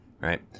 Right